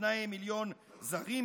שני מיליון זרים,